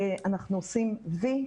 אנחנו עושים "וי"